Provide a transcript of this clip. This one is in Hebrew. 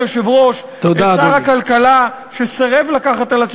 מקדימים את הייצוא מ"תמר" ואת כל זה עושים כדי לספק גז למשק